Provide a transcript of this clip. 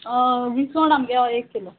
विसवण आमगे हय एक किलो